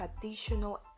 traditional